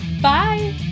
Bye